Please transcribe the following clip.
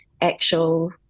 actual